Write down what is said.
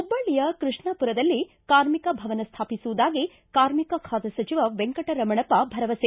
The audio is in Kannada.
ಹುಬ್ಬಳ್ಳಿಯ ಕೃಷ್ಣಾಪುರದಲ್ಲಿ ಕಾರ್ಮಿಕ ಭವನ ಸ್ವಾಪಿಸುವುದಾಗಿ ಕಾರ್ಮಿಕ ಖಾತೆ ಸಚಿವ ವೆಂಕಟ ರಮಣಪ್ಪ ಭರವಸೆ